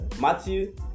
Matthew